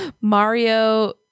Mario